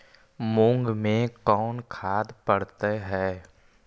मुंग मे कोन खाद पड़तै है?